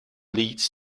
leads